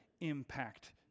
impact